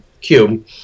cube